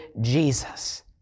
Jesus